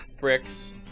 bricks